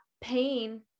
pain